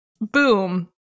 boom